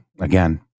again